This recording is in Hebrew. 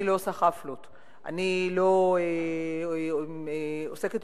אני לא עושה